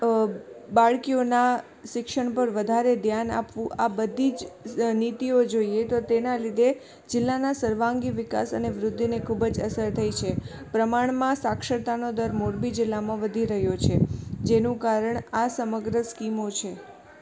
અ બાળકીઓનાં શિક્ષણ પર વધારે ધ્યાન આપવું આ બધી જ સ નીતિઓ જોઇએ તો તેનાં લીધે જિલ્લાના સર્વાંગી વિકાસ અને વૃદ્ધિને ખૂબ જ અસર થઇ છે પ્રમાણમાં સાક્ષરતાનો દર મોરબી જિલ્લામાં વધી રહ્યો છે જેનું કારણ આ સમગ્ર સ્કીમો છે